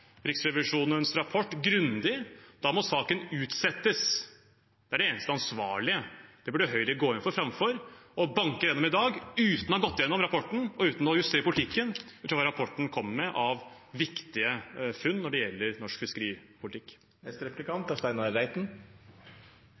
Riksrevisjonens rapport. Da må saken utsettes. Det er det eneste ansvarlige. Det burde Høyre gå inn for framfor å banke det igjennom i dag uten å ha gått gjennom rapporten og uten å justere politikken ut fra hva rapporten kommer med av viktige funn når det gjelder norsk fiskeripolitikk.